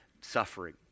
suffering